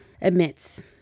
admits